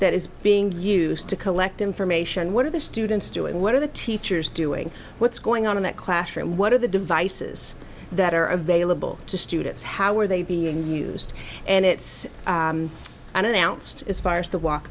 that is being used to collect information what are the students doing what are the teachers doing what's going on in that classroom what are the devices that are available to students how are they being used and it's and announced as far as the walk